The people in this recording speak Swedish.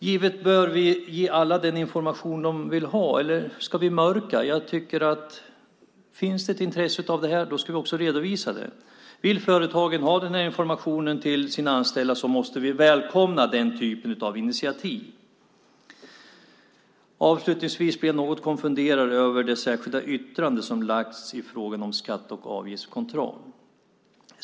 Givetvis bör alla få den information de vill ha. Eller ska vi mörka? Om det finns intresse av detta ska det också redovisas. Vill företagen att de anställda ska ha den informationen måste vi välkomna den typen av initiativ. Avslutningsvis blir jag något konfunderad över det särskilda yttrande som lagts i frågan om skatt och avgiftskontroll.